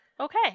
okay